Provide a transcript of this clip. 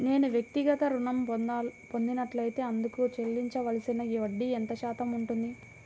నేను వ్యక్తిగత ఋణం పొందినట్లైతే అందుకు చెల్లించవలసిన వడ్డీ ఎంత శాతం ఉంటుంది?